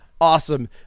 awesome